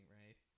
right